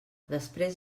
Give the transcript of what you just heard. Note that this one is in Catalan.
després